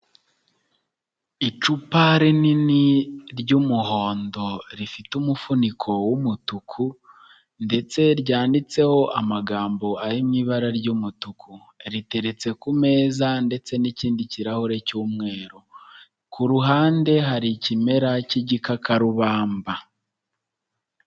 Icupa rinini ry'umuhondo rifite umufuniko w'umutuku, ndetse ryanditseho amagambo ari mu ibara ry'umutuku. Riteretse ku meza ndetse n'ikindi kirahure cy'umweru, ku ruhande hari ikimera cy'igikakarubamba.